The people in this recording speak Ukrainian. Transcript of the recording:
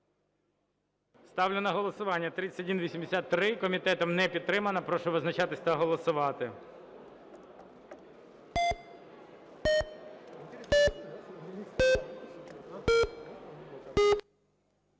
Ставлю на голосування 3198. Комітетом відхилена. Прошу визначатися та голосувати.